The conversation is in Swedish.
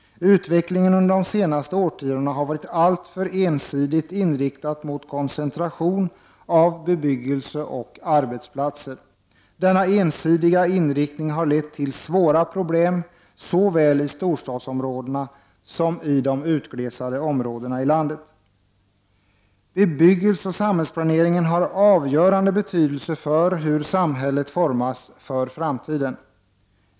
Utvecklingen under de senaste årtiondena har varit alltför ensidigt inriktat mot koncentration av bebyggelse och arbetsplatser. Denna ensidiga inriktning har lett till svåra problem såväl i storstadsområdena som i de utglesade områdena. Bebyggelseoch samhällsplanering har avgörande betydelse för hur samhället formas för framtiden.